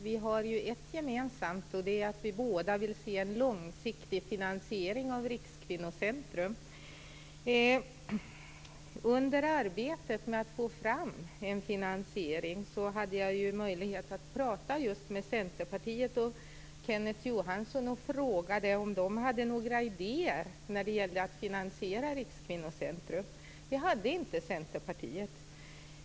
Vi har en sak gemensamt, nämligen att vi båda vill se en långsiktig finansiering av Under arbetet med att få fram en finansiering hade jag möjlighet att prata med Centerpartiet och Kenneth Johansson, och jag frågade om de hade några idéer för att finansiera Rikskvinnocentrum. Det hade inte Centerpartiet.